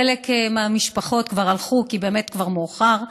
חלק מהמשפחות כבר הלכו, כי באמת כבר מאוחר.